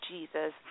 Jesus